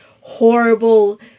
horrible